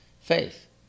faith